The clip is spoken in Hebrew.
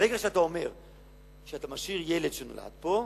ברגע שאתה אומר שאתה משאיר ילד שנולד פה,